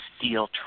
steel